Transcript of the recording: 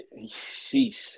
sheesh